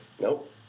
Nope